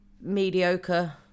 mediocre